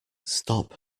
stop